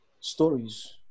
Stories